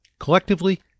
Collectively